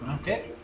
Okay